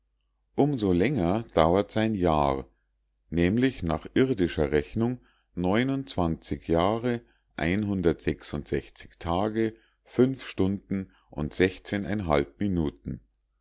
so länger dauert sein jahr nämlich nach irdischer rechnung jahre tage stunden und minuten